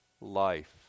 life